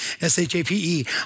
S-H-A-P-E